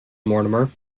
mortimer